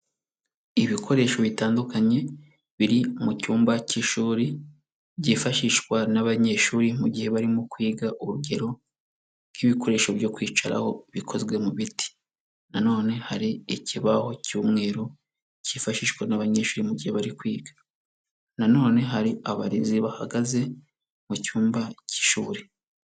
Ibikoresho bitandukanye, biri mu cyumba cy'ishuri, byifashishwa n'abanyeshuri mu gihe barimo kwiga, urugero nk'ibikoresho byo kwicaraho bikozwe mu biti. Na none hari ikibaho cy'umweru cyifashishwa n'abanyeshuri mu gihe bari kwiga, na none hari abarezi bahagaze mu cyumba cy'ishuri.